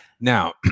Now